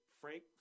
Frank